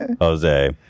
Jose